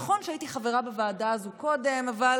נכון שהייתי חברה בוועדה הזו קודם, אבל